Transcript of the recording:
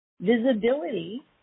Visibility